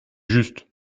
juste